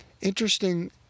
Interesting